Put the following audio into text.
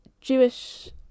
Jewish